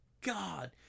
God